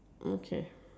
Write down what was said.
okay